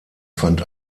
fand